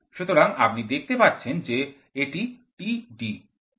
সুতরাং আপনি দেখতে পাচ্ছেন যে এটি Td